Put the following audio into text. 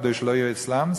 כדי שלא יהיה סלאמס,